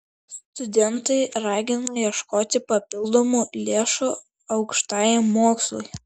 studentai ragina ieškoti papildomų lėšų aukštajam mokslui